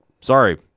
Sorry